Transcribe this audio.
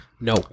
No